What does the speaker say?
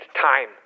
time